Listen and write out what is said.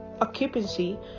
occupancy